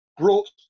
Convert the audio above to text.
brought